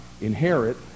inherit